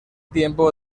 tiempo